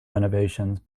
renovations